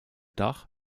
dach